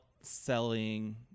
selling